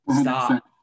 stop